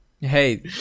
hey